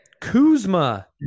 Kuzma